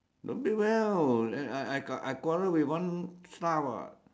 don't pay well I I I quarrel with one staff [what]